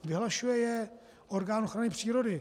Vyhlašuje je orgán ochrany přírody.